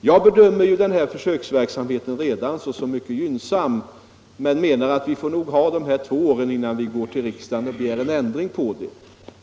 Jag bedömer redan denna försöksverksamhet som mycket gynnsam, men menar att vi behöver dessa två år innan vi går till riksdagen och begär en ändring.